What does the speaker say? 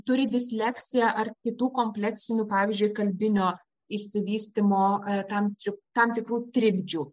turi disleksiją ar kitų kompleksų pavyzdžiui kalbinio išsivystymo tam tri tam tikrų trikdžių